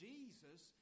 Jesus